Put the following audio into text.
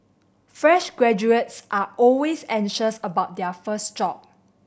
fresh graduates are always anxious about their first job